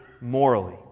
morally